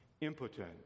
impotent